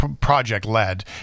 project-led